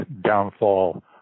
downfall